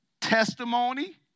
testimony